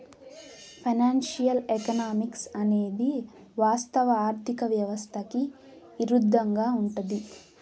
financial economics అనేది వాస్తవ ఆర్థిక వ్యవస్థకి ఇరుద్దంగా ఉంటది